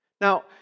Now